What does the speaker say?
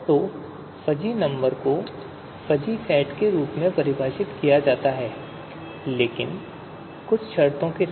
तो fuzzy number को fuzzy set के रूप में भी परिभाषित किया जाता है लेकिन कुछ शर्तों के साथ